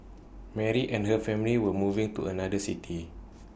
Mary and her family were moving to another city